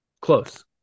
Close